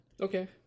Okay